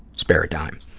spare a dime.